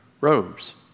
robes